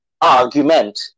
argument